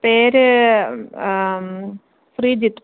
പേര് ശ്രീജിത്ത്